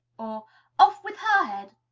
or off with her head!